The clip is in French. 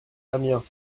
amiens